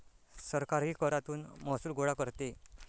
सरकारही करातून महसूल गोळा करते